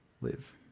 live